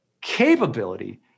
capability